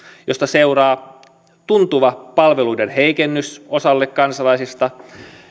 josta seuraa tuntuva palveluiden heikennys osalle kansalaisista